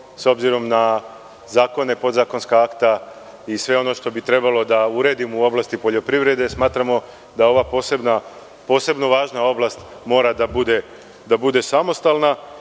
s obzirom na zakone i podzakonska akta i sve ono što bi trebalo da uredimo u oblasti poljoprivrede, smatramo da ova posebna važna oblast mora da bude samostalna. Argumenti